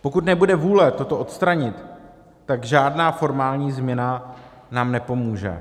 Pokud nebude vůle toto odstranit, tak žádná formální změna nám nepomůže.